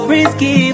Risky